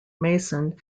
mason